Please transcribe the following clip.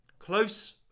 close